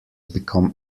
become